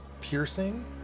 piercing